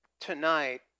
tonight